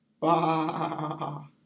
Wow